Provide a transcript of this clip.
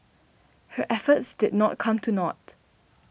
her efforts did not come to naught